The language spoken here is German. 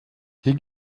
hier